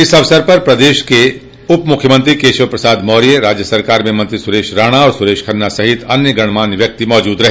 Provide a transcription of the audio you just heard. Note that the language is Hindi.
इस अवसर पर प्रदेश के उप मुख्यमंत्री केशव प्रसाद मौर्य राज्य सरकार में मंत्री सुरेश राणा और सुरेश खन्ना सहित अन्य गणमान्य व्यक्ति मौजूद रहे